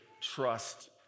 trust